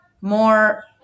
more